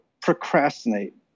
procrastinate